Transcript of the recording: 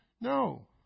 No